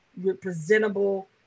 representable